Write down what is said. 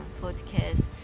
podcast